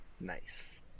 Nice